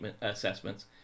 assessments